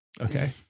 Okay